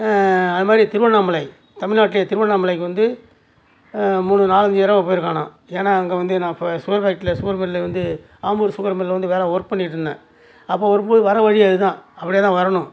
அது மாதிரி திருவண்ணாமலை தமிழ்நாட்டில் திருவண்ணாமலைக்கு வந்து மூணு நாலஞ்சு தடவை போயிருக்கேன் நான் ஏன்னால் அங்க வந்து நான் அப்போது சுகர் ஃபேக்ட்ரியில் சுகர் மில்லு வந்து ஆம்பூர் சுகர் மில்லை வந்து வேலை ஒர்க் பண்ணிட்டிருந்தேன் அப்போது வரும்போது வர வழி அது தான் அப்படியே தான் வரணும்